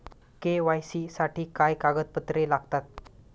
KYC साठी काय कागदपत्रे लागतात?